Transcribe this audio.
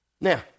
Now